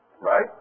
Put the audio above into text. right